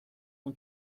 اون